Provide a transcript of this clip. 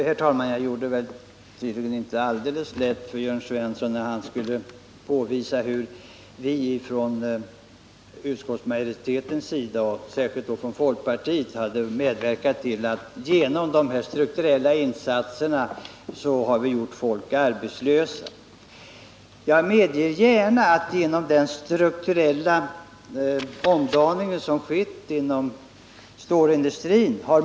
Herr talman! Jag gjorde det tydligen inte alldeles lätt för Jörn Svensson när han skulle påvisa hur utskottsmajoriteten och särskilt vi folkpartister genom dessa strukturella insatser hade medverkat till att göra människor arbetslösa. Jag medger gärna att många blivit friställda genom den strukturella omdaning som skett inom stålindustrin.